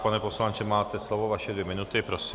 Pane poslanče, máte slovo, vaše dvě minuty, prosím.